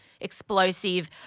explosive